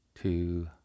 two